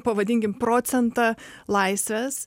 pavadinkim procentą laisvės